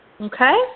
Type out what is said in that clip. Okay